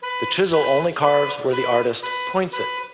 the chisel only carves where the artist points it.